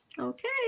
Okay